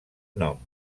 nom